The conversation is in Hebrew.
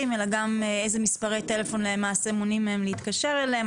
אלא גם איזה מספרי טלפון למעשה מונעים מהם להתקשר אליהם,